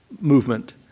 movement